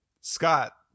Scott